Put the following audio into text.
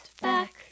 back